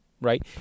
right